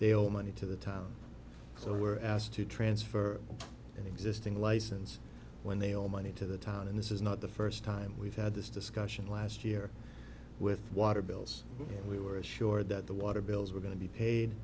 they'll money to the town so they were asked to transfer an existing license when they owe money to the town and this is not the first time we've had this discussion last year with water bills we were assured that the water bills were going to be paid